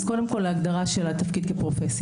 אז קודם כל ההגדרה של התפקיד כפרופסיה.